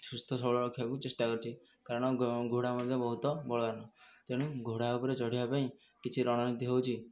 ସୁସ୍ଥ ସବଳ ରଖିବାକୁ ଚେଷ୍ଟା କରୁଚିକାରଣ ଘୋଡ଼ା ମଧ୍ୟ ବହୁତ ବଳବାନ ତେଣୁ ଘୋଡ଼ା ଉପରେ ଚଢ଼ିବା ପାଇଁ କିଛି ରଣନୀତି ହଉଚି